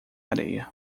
areia